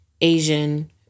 Asian